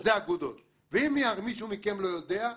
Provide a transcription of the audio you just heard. זה האגודות, ואם מישהו מכם לא יודע,